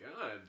God